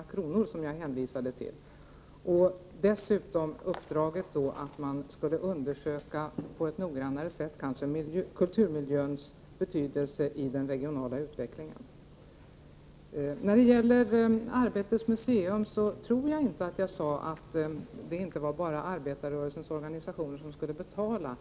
miljoner som jag hänvisade till, liksom uppdraget att på ett noggrannare sätt undersöka kulturmiljöns betydelse i den regionala utvecklingen. När det gäller Stiftelsen Arbetets museum tror jag inte att jag sade att det inte bara skulle vara arbetarrörelsens organisationer som skulle betala.